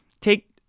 Take